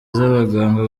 z’abaganga